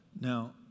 Now